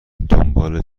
دنبال